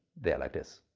there like this.